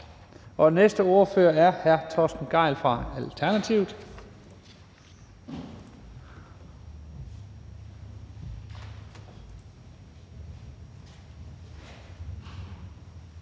den næste ordfører er hr. Torsten Gejl fra Alternativet.